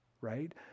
right